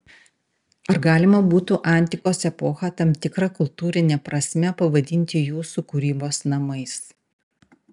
ar galima būtų antikos epochą tam tikra kultūrine prasme pavadinti jūsų kūrybos namais